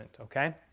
okay